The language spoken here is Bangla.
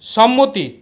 সম্মতি